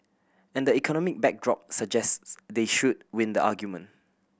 and economic backdrop suggests they should win the argument